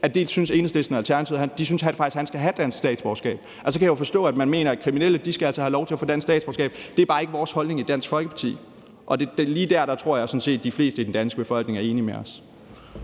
Alternativet faktisk skal have dansk statsborgerskab. Så jeg kan jo forstå, at man mener, at kriminelle skal have lov til at få dansk statsborgerskab, men det er bare ikke vores holdning i Dansk Folkeparti. Og lige dér tror jeg sådan set de fleste i den danske befolkning er enige med os.